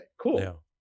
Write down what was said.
cool